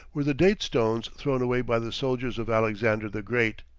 were the date-stones thrown away by the soldiers of alexander the great.